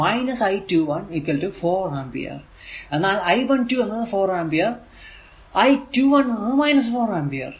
അതിനാൽ I12 I21 4 ampere എന്നാൽ I12 എന്നത് 4 ആമ്പിയർ I21 എന്നത് 4 ആമ്പിയർ ഉം ആണ്